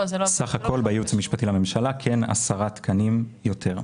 סך הכול בייעוץ המשפטי לממשלה, 10 תקנים יותר.